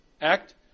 act